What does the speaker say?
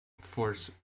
force